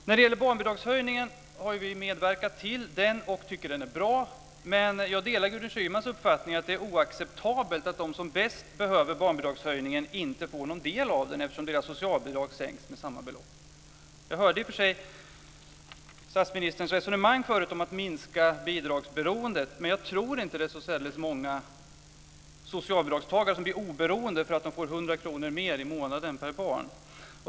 När det gäller barnbidragshöjningen kan jag säga att vi har medverkat till den och tycker att den är bra. Jag delar Gudrun Schymans uppfattning att det är oacceptabelt att de som bäst behöver barnbidragshöjningen inte får någon del av den, eftersom deras socialbidrag sänks med samma belopp. Jag hörde i och för sig tidigare statsministerns resonemang om att minska bidragsberoendet, men jag tror inte att det är så särdeles många socialbidragstagare som blir oberoende för att de får 100 kr mer i månaden per barn.